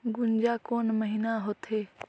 गुनजा कोन महीना होथे?